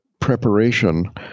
preparation